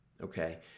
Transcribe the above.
Okay